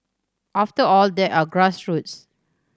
after all they are grassroots